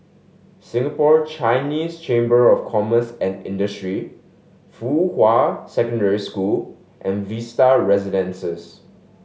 Singapore Chinese Chamber of Commerce and Industry Fuhua Secondary School and Vista Residences